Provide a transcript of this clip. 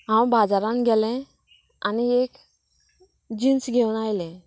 हांव बाजारांत गेलें आनी एक जिन्स घेवन आयलें